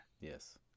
Yes